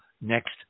next